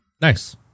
Nice